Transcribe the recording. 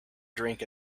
drink